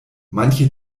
manche